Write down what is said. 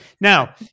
Now